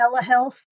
Telehealth